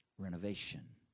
Renovation